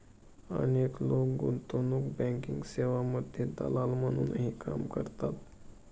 अनेक लोक गुंतवणूक बँकिंग सेवांमध्ये दलाल म्हणूनही काम करतात